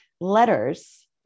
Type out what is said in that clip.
letters